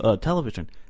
Television